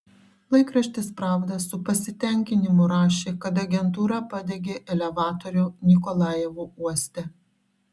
laikraštis pravda su pasitenkinimu rašė kad agentūra padegė elevatorių nikolajevo uoste